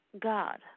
God